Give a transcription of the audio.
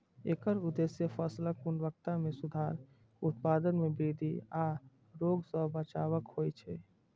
एकर उद्देश्य फसलक गुणवत्ता मे सुधार, उत्पादन मे वृद्धि आ रोग सं बचाव होइ छै